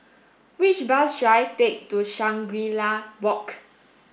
which bus should I take to Shangri La Walk